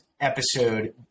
episode